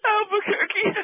Albuquerque